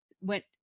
went